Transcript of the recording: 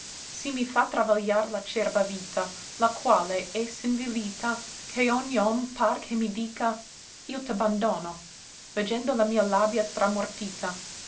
sì mi fa travagliar l'acerba vita la quale è sì nvilita che ogn'om par che mi dica io t'abbandono veggendo la mia labbia tramortita